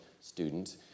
student